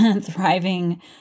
thriving